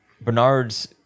bernard's